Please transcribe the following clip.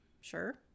Sure